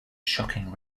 shocking